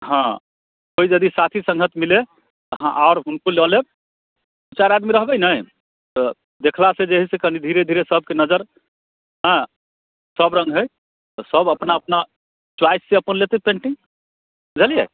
हाँ कोइ यदि साथी सङ्गत मिले तऽ अहाँ आओर हुनको लऽ लेब दू चारि आदमी रहबै ने तऽ देखलासँ जे हय से कनि धीरे धीरे सभके नजरि हँ सभ रङ्ग हय तऽ सभ अपना अपना च्वाइससँ अपन लेतै पेन्टिंग बुझलियै